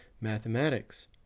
Mathematics